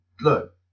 Look